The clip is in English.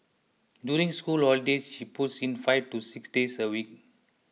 during school holidays she puts in five to six days a week